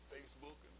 Facebook